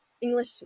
english